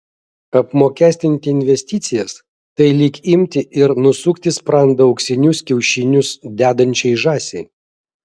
apmokestinti investicijas tai lyg imti ir nusukti sprandą auksinius kiaušinius dedančiai žąsiai